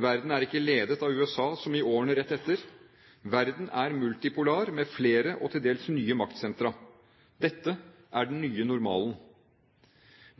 Verden er ikke ledet av USA, som i årene rett etter. Verden er multipolar, med flere og til dels nye maktsentra. Dette er den nye normalen.